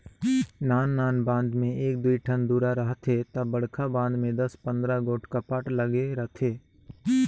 नान नान बांध में एक दुई ठन दुरा रहथे ता बड़खा बांध में दस पंदरा गोट कपाट लगे रथे